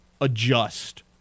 adjust